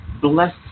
Bless